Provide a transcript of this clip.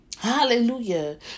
Hallelujah